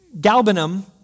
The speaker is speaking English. galbanum